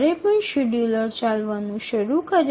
EDF basic scheduler চলতে শুরু করে